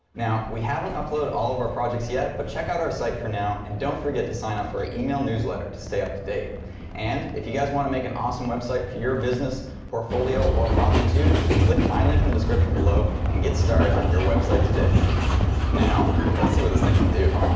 now we haven't uploaded all of our projects yet but check out our site for now and don't forget to sign up for an email newsletter to stay up to date and if you guys want to make an awesome website for your business portfolio or hobby too click my link in the description below and get started on your website today now let's see what this thing can do